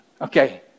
okay